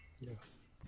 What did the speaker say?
yes